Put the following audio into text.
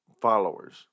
followers